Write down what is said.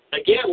again